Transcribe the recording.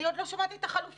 אני עוד לא שמעתי את החלופות.